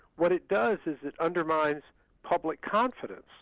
what it does is, it undermines public confidence.